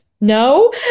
no